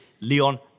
Leon